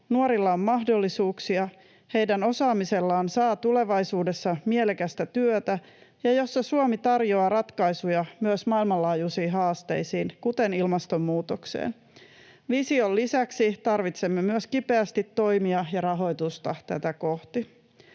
nuorilla on mahdollisuuksia, heidän osaamisellaan saa tulevaisuudessa mielekästä työtä ja jossa Suomi tarjoaa ratkaisuja myös maailmanlaajuisiin haasteisiin, kuten ilmastonmuutokseen. Vision lisäksi tarvitsemme kipeästi myös toimia ja rahoitusta tätä kohti.